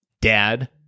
dad